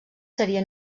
seria